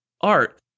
art